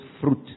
fruit